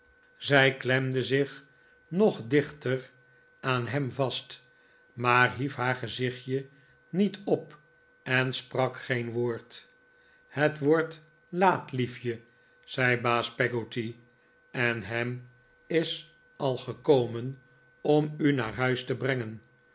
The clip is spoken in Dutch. zij klemde zich nog dichter aan hem vast maar hief haar gezichtje niet op en sprak geen woord het wordt laat liefje zei baas peggotty en ham is al gekomen om u naar huis te brengen